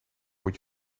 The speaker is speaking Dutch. moet